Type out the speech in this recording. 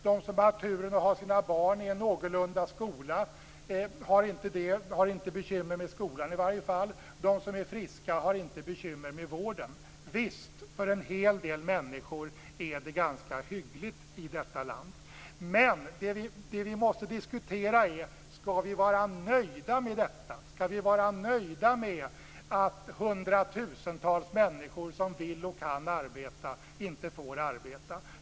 De som har haft turen att ha sina barn i en någorlunda skola har inte bekymmer med skolan i varje fall. De som är friska har inte bekymmer med vården. Visst, för en hel del människor är det ganska hyggligt i detta land. Men det som vi måste diskutera är: Skall vi vara nöjda med detta? Skall vi vara nöjda med att hundratusentals människor som vill och kan arbeta inte får arbeta?